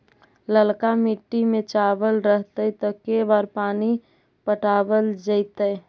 ललका मिट्टी में चावल रहतै त के बार पानी पटावल जेतै?